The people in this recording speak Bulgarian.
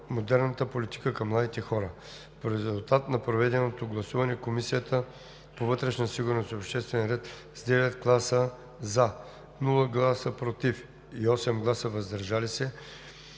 модерната политика към младите хора. В резултат на проведеното гласуване Комисията по вътрешна сигурност и обществен ред с 9 гласа „за“, без „против“ и 8 гласа „въздържал се“